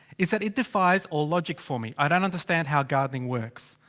is that it defies all logic for me. i don't understand how gardening works.